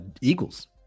Eagles